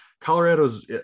Colorado's